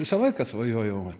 visą laiką svajojau